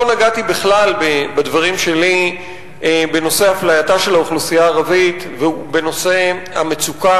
לא נגעתי בכלל בדברי בנושא אפלייתה של האוכלוסייה הערבית ובנושא המצוקות